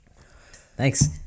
Thanks